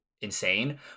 insane